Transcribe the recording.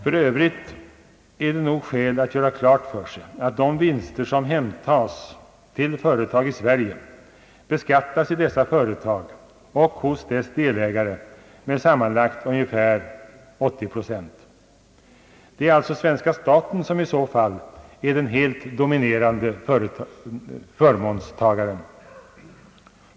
För övrigt är det nog skäl att göra klart för sig att de vinster som hemtages till företag i Sverige beskattas i dessa företag och hos deras delägare med sammanlagt ungefär 80 procent. Det är alltså svenska staten som i så fall är den helt dominerande förmånstagaren.